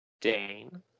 Dane